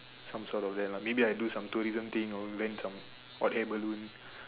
some sort of that lah maybe I do some tourism thing or invent some hot air balloon